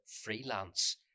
freelance